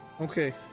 Okay